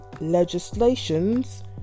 legislations